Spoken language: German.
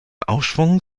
aufschwung